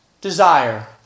desire